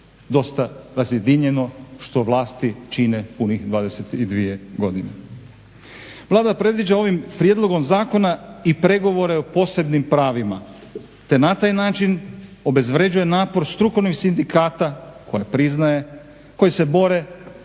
dosta razjedinjeno što vlasti čine punih 22 godine. Vlada predviđa ovim prijedlogom zakona i pregovore o posebnim pravima, te na taj način obezvređuje napor strukovnih sindikata koja priznaje, koji se bore